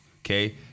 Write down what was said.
Okay